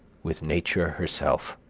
with nature herself.